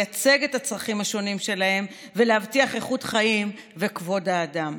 לייצג את הצרכים השונים שלהם ולהבטיח איכות חיים ואת כבוד האדם.